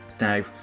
now